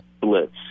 blitz